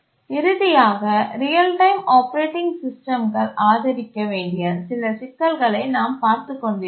இறுதியாக real time operating சிஸ்டம்கள் ஆதரிக்க வேண்டிய சில சிக்கல்களை நாம் பார்த்துக் கொண்டிருந்தோம்